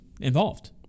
involved